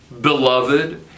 Beloved